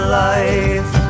life